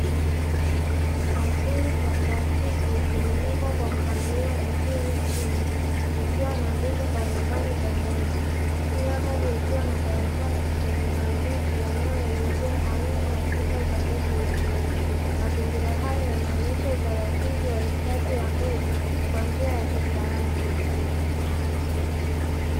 Bakuli za plastiki zimewekwa kwa mpangilio mzuri chini, zikiwa na mbegu mbalimbali ndani yake, kila moja ikiwa na karatasi zenye maandishi yanayoelezea aina na sifa za mbegu husika. Mazingira hayo yanaonyesha utaratibu wa hifadhi ya mbegu kwa njia ya kisayansi.